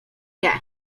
nie